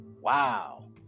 Wow